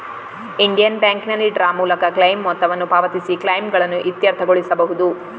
Indian ಬ್ಯಾಂಕಿನಲ್ಲಿ draw ಮೂಲಕ claim ಮೊತ್ತವನ್ನು ಪಾವತಿಸಿ ಕ್ಲೈಮುಗಳನ್ನು ಇತ್ಯರ್ಥಗೊಳಿಸಬಹುದು